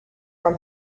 from